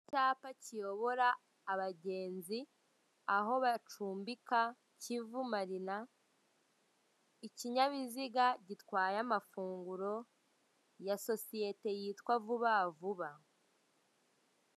Icyapa kiyobora abagenzi aho bacumbika Kivu marina, ikinyabiziga gitwaye amafunguro ya sosiyete yitwa vuba vuba.